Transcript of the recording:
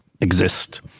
exist